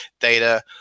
data